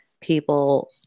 people